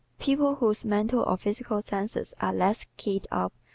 people whose mental or physical senses are less keyed-up,